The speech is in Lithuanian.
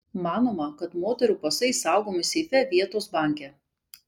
manoma kad moterų pasai saugomi seife vietos banke